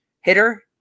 hitter